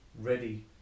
ready